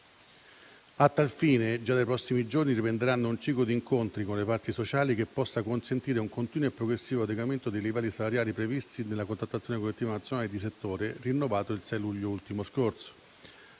A tal fine, già dai prossimi giorni, riprenderà un ciclo di incontri con le parti sociali che possa consentire un continuo e progressivo adeguamento dei livelli salariali previsti nella contrattazione collettiva nazionale di settore rinnovato il 6 luglio ultimo scorso.